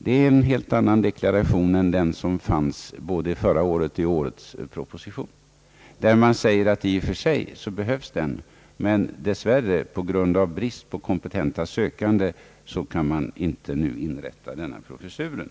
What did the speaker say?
Det är en helt annan deklaration än den som fanns både i förra årets och i årets proposition, där man säger att professuren behövs i och för sig men att man dess värre på grund av brist på sökande inte nu kan inrätta en sådan tjänst.